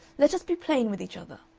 let us be plain with each other.